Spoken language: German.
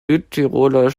südtiroler